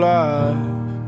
life